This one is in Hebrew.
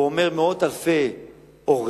והוא אומר מאות אלפי הורים,